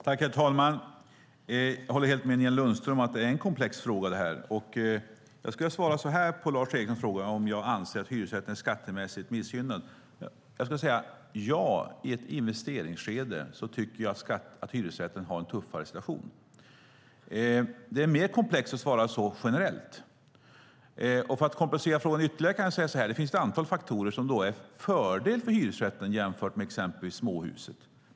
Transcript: Herr talman! Jag håller helt med Nina Lundström om att detta är en komplex fråga. Jag skulle vilja svara så här på Lars Erikssons fråga om ifall jag anser att hyresrätten är skattemässigt missgynnad: Ja, i ett investeringsskede har hyresrätten en tuffare situation. Det är mer komplext att svara så generellt. För att komplicera frågan ytterligare kan jag säga att det finns ett antal faktorer som är till fördel för hyresrätten jämfört med exempelvis småhuset.